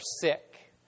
sick